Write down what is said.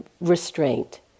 restraint